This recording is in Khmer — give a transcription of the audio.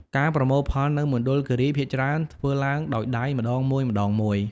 ការប្រមូលផលនៅមណ្ឌលគិរីភាគច្រើនធ្វើឡើងដោយដៃម្ដងមួយៗ។